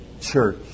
church